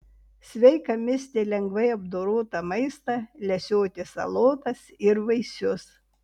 sveika misti lengvai apdorotą maistą lesioti salotas ir vaisius